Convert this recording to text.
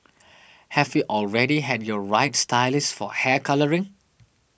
have you already had your right stylist for hair colouring